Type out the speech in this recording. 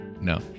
no